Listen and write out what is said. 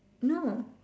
no